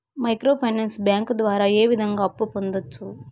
micro finance bank ద్వారా ఏ విధంగా అప్పు పొందొచ్చు